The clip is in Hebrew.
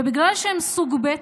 ובגלל שהם סוג ב',